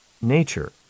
nature